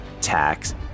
tax